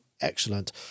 excellent